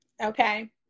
okay